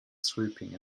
swooping